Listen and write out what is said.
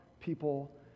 people